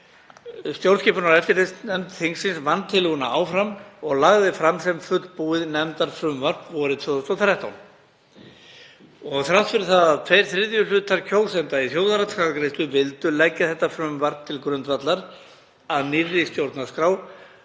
Stjórnskipunar- og eftirlitsnefnd þingsins vann tillöguna áfram og lagði fram sem fullbúið nefndarfrumvarp vorið 2013. Þrátt fyrir að tveir þriðju hlutar kjósenda í þjóðaratkvæðagreiðslu vildu leggja það frumvarp til grundvallar að nýrri stjórnarskrá